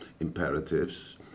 imperatives